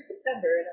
September